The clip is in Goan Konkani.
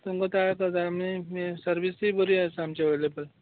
तुमकां जाय तशी सर्वीसूय बरी आसा आमची अवयलॅबल